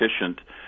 efficient